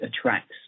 attracts